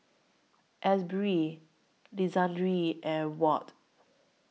Asbury Lisandro and Watt